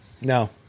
No